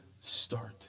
start